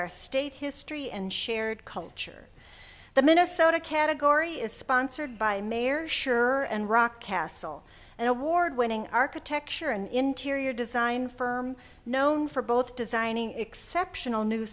our state history and shared culture the minnesota category is sponsored by mayor sure and rock castle and award winning architecture and interior design firm known for both designing exceptional new